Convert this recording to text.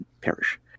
perish